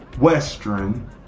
Western